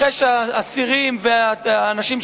אחרי שהאסירים והאנשים,